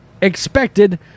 expected